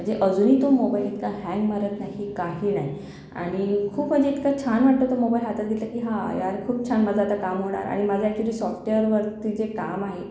म्हणजे अजूनही तो मोबाइल इतका हँग मारत नाही काही नाही आणि खूप म्हणजे इतकं छान वाटतो तो मोबाइल हातात घेतला की हा यार खूप छान माझं आता काम होणार आणि माझं ॲक्चुअली सॉफ्टवेअरवरती जे काम आहे तर